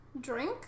Drink